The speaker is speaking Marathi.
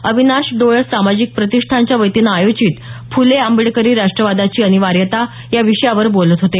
अविनाश डोळस सामाजिक प्रतिष्ठानच्या वतीनं आयोजित फुले आंबेडकरी राष्ट्रवादाची अनिवार्यता या विषयावर बोलत होते